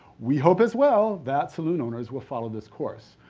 we hope as well that saloon owners will follow this course.